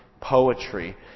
poetry